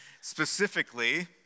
specifically